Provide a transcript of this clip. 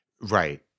Right